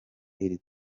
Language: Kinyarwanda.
iri